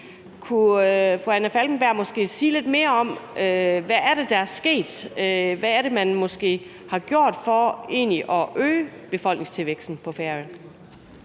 fru Anna Falkenberg måske sige lidt mere om, hvad det er, der er sket? Hvad er det, man har gjort for at øge befolkningstilvæksten på Færøerne?